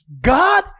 God